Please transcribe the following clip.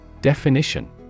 Definition